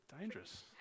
dangerous